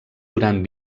durant